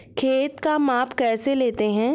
खेत का माप कैसे लेते हैं?